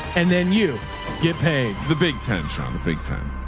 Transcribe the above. and then you get paid the big tension on the big time.